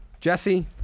jesse